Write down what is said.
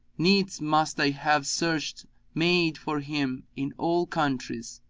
needs must i have search made for him in all countries.